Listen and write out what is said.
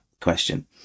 question